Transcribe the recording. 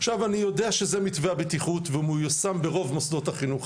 עכשיו אני יודע שזה מתווה הבטיחות והוא מיושם ברוב מוסדות החינוך,